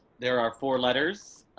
there are four letters.